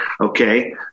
Okay